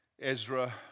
Ezra